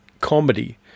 comedy